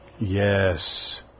yes